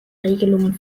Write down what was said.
regelungen